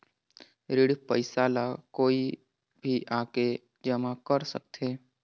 ऋण पईसा ला कोई भी आके जमा कर सकथे?